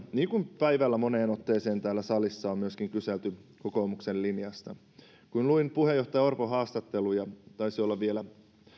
niin kuin päivällä moneen otteeseen täällä salissa on kyselty kokoomuksen linjasta kun luin puheenjohtaja orpon haastattelun taisi olla